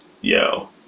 Yo